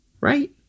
right